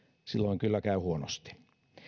silloin kyllä käy huonosti